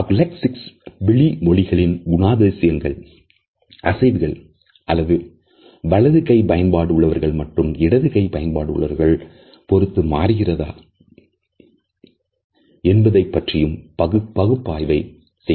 அகூலேசிக்ஸ் விழி மொழிகளின் குணாதிசயங்கள் அசைவுகள் அது வலது கை பயன்பாடு உள்ளவர்கள் மற்றும் இடது கை பயன்பாடு உள்ளவர்கள் பொறுத்து மாறுகிறது என்பதைப்பற்றிய பகுப்பாய்வு போன்றவைகள் ஆகும்